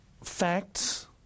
facts